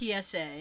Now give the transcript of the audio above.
PSA